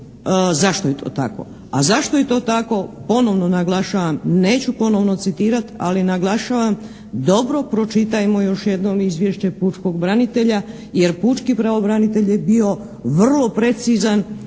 zašto je to tako. A zašto je to tako ponovno naglašavam, neću ponovno citirati, ali naglašavam, dobro pročitajmo još jednom izvješće pučkog branitelja jer pučki pravobranitelj je bio vrlo precizan,